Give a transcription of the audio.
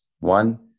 One